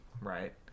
right